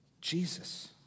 Jesus